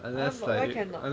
why why cannot